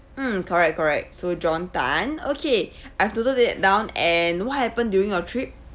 mm correct correct so john tan okay I've noted that down and what happened during your trip